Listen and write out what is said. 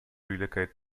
relocate